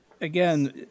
again